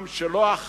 עם שלא אחת